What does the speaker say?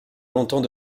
longtemps